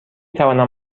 توانم